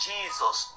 Jesus